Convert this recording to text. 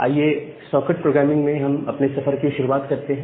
आइए socket programming में हम अपने सफर की शुरुआत करते हैं